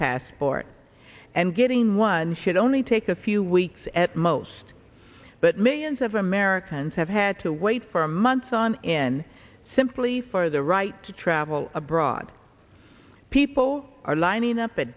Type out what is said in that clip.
passport and getting one should only take a few weeks at most but millions of americans have had to wait for months on in simply for the right to travel abroad people are lining up a